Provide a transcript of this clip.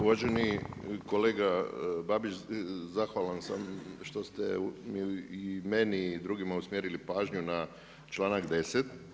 Uvaženi kolega Babić, zahvalan sam što ste i meni i drugima usmjerili pažnju na članak 10.